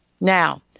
Now